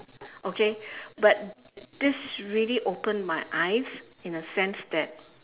okay but this really opened my eyes in a sense that